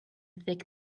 thick